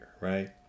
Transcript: right